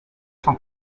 cent